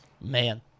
Man